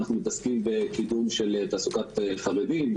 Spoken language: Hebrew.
אנחנו מתעסקים בקידום של תעסוקת חרדים,